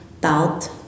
doubt